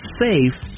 safe